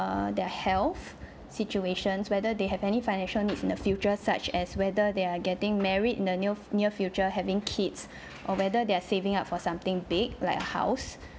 err their health situations whether they have any financial needs in the future such as whether there are getting married in the near near future having kids or whether they're saving up for something big like a house